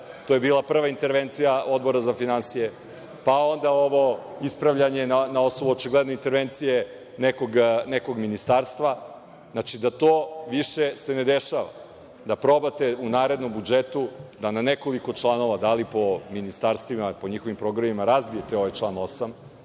To je bila prva intervencija Odbora za finansije. Pa onda ovo ispravljanje na osnovu očigledne intervencije nekog ministarstva, znači, da se to više ne dešava, da probate u narednom budžetu da na nekoliko članova, da li po ministarstvima, po njihovim programima, razbijete ovaj član 8,